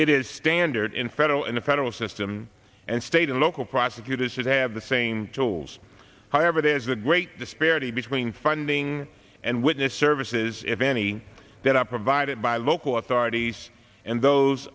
it is standard in federal in a federal system and state and local prosecutors should have the same tools however there is a great disparity between funding and witness services if any that are provided by local authorities and those